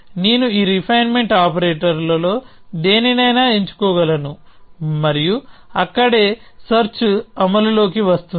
నేను ఈ రిఫైన్మెంట్ ఆపరేటర్లలో దేనినైనా ఎంచుకోగలను మరియు అక్కడే సెర్చ్ అమలులోకి వస్తుంది